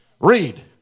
Read